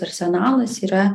arsenalas yra